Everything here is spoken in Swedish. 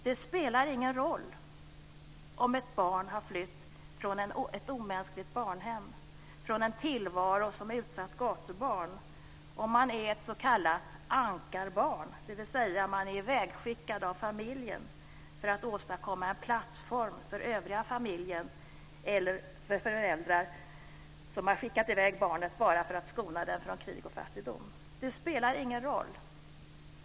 Det spelar ingen roll om ett barn har flytt från ett omänskligt barnhem eller från en tillvaro som utsatt gatubarn, om man är ett s.k. ankarbarn, dvs. ivägskickat av familjen för att åstadkomma en plattform för övriga familjen, eller om föräldrar har skickat i väg barnen bara för att skona dem från krig och fattigdom. Det spelar ingen roll.